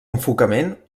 enfocament